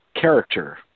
character